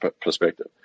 perspective